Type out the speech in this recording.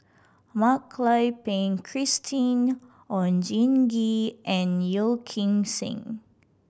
Mak Lai Peng Christine Oon Jin Gee and Yeo Kim Seng